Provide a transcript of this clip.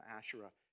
Asherah